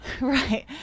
Right